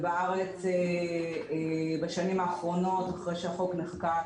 ובארץ בשנים האחרונות אחרי שהחוק נחקק,